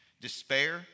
despair